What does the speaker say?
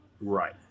Right